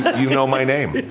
but you know my name